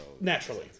naturally